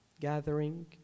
gathering